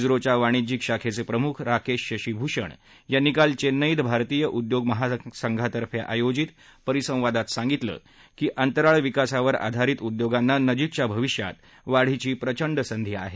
ओच्या वाणिज्यिक शाखेचे प्रमुख राकेश शशिभूषण यांनी काल चेन्नईत भारतीय उद्योग महासंघातर्फे आयोजित परिसंवादात सांगितलं की अंतराळविकासावर आधारित उद्योगांना नजीकच्या भविष्यात वाढीची प्रचंड संधी आहे